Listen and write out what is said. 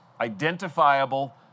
identifiable